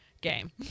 game